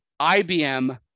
IBM